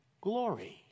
glory